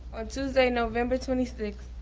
on tuesday, november twenty sixth,